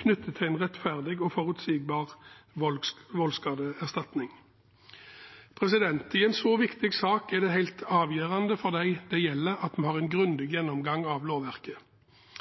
knyttet til en rettferdig og forutsigbar voldsskadeerstatning. I en så viktig sak er det helt avgjørende for dem det gjelder, at vi har en grundig gjennomgang av lovverket.